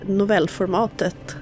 novellformatet